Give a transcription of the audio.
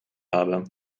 habe